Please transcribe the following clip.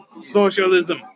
Socialism